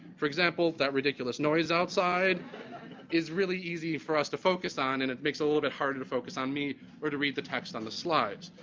for example, that ridiculous noise outside is really easy for us to focus on and it makes a little bit harder to focus on me or to read the text on the slides.